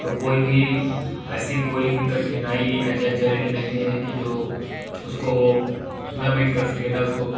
तो कोई भी ऐसी कोई भी कठिनाई अज या चैलेंज नहीं है कि जो उसको वह न बीट कर सके न उसको